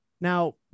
Now